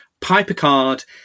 PiperCard